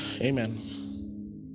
Amen